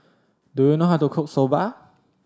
do you know how to cook Soba